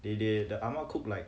they they the ah ma cook like